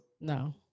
No